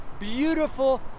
beautiful